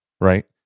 right